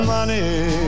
money